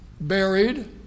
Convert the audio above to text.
buried